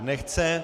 Nechce.